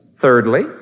Thirdly